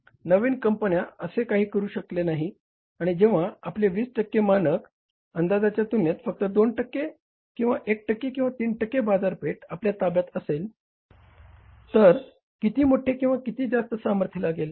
नवीन कंपन्यां असे काही करू शकल्या नाहीत आणि जेव्हा आपल्या 20 टक्के मानक अंदाजच्या तुलनेत फक्त 2 टक्के 1 टक्के किंवा 3 टक्के बाजारपेठ आपल्या ताब्यात असेल तर किती मोठे किंवा किती जास्त सामर्थ लागेल